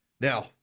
Now